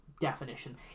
definition